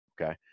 okay